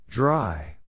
Dry